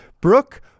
brooke